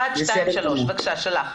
בבקשה.